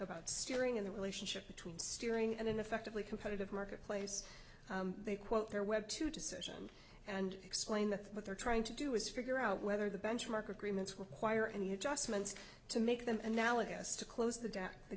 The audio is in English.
about steering in the relationship between steering and ineffectively competitive marketplace they quote their web two decision and explain the what they're trying to do is figure out whether the benchmark agreements require any adjustments to make them analogous to close the